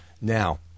Now